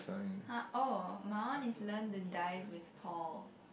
!huh! orh my one is learn to dive with Paul